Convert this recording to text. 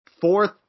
fourth